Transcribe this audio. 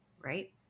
Right